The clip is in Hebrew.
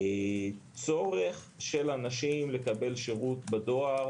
הצורך של אנשים לקבל שרות בדואר